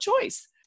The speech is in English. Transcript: choice